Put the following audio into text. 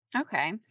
Okay